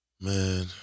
Man